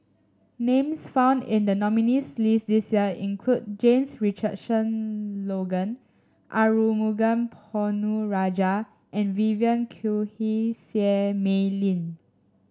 names found in the nominees' list this year include James Richardson Logan Arumugam Ponnu Rajah and Vivien Quahe Seah Mei Lin